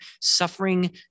suffering